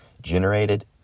generated